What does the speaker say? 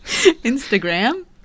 Instagram